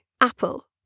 Apple